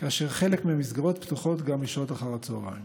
וחלק מהמסגרות פתוחות גם בשעות אחר הצוהריים.